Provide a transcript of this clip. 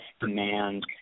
demand